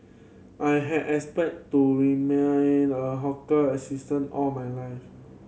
I had expect to remain a hawker assistant all my life